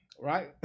right